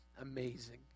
amazing